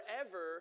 forever